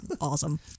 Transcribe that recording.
awesome